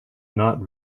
not